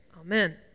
amen